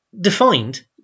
Defined